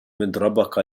مضربك